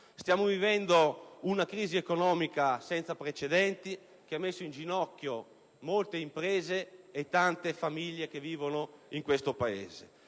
Stiamo vivendo una crisi economica senza precedenti, che ha messo in ginocchio molte imprese e tante famiglie che vivono in questo Paese.